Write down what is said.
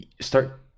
start